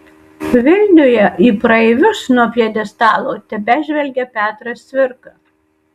vilniuje į praeivius nuo pjedestalo tebežvelgia petras cvirka